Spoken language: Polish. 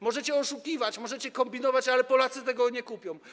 Możecie oszukiwać, możecie kombinować, ale Polacy tego nie kupią.